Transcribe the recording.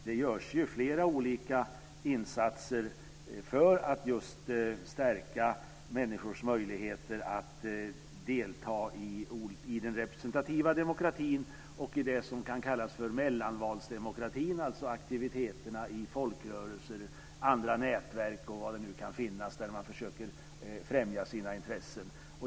Det görs flera olika insatser för att stärka människors möjligheter att delta i den representativa demokratin och i det som kan kallas för mellanvalsdemokratin, dvs. aktiviteterna i folkrörelser, andra nätverk och vad det nu kan finnas där man försöker främja sina intressen.